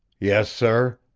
yes, sir.